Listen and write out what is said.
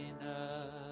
enough